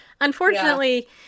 Unfortunately